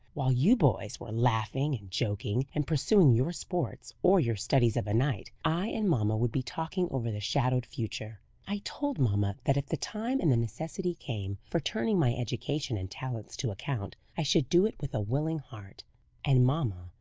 while you boys were laughing and joking, and pursuing your sports or your studies of a night, i and mamma would be talking over the shadowed future. i told mamma that if the time and the necessity came for turning my education and talents to account, i should do it with a willing heart and mamma,